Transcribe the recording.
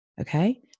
Okay